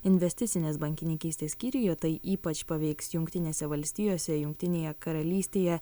investicinės bankininkystės skyriuje tai ypač paveiks jungtinėse valstijose jungtinėje karalystėje